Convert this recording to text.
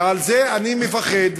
ועל זה אני מפחד,